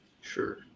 Sure